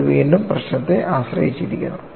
അത് വീണ്ടും പ്രശ്നത്തെ ആശ്രയിച്ചിരിക്കുന്നു